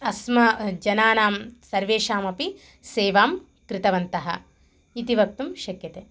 अस्मत् जनानां सर्वेषामपि सेवां कृतवन्तः इति वक्तुं शक्यते